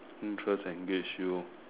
interest engage you